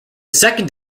second